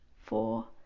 four